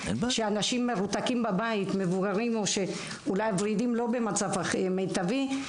שאנשים מרותקים בבית מבוגרים או אולי הוורידים לא במצב מיטבי,